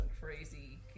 crazy